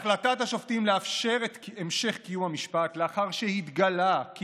החלטת השופטים לאפשר את המשך קיום המשפט לאחר שהתגלה כי